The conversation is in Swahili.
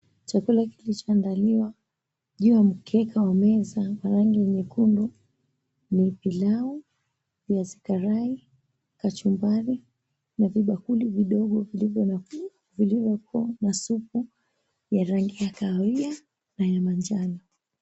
Chakula hiki kishaandaliwa juu mkeka wa meza wa rangi nyekundu ni pilau, viazi karai, kachumbari na vibakuli vidogo vilivyokuwa na supu ya rangi ya kahawia na ya manjano.